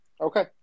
Okay